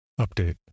Update